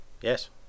Yes